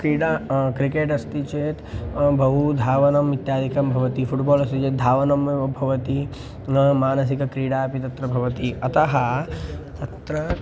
क्रीडा क्रिकेट् अस्ति चेत् बहु धावनम् इत्यादिकं भवति फुट्बाल् अस्ति चेत् धावनमेव भवति मानसिकक्रीडा अपि तत्र भवति अतः तत्र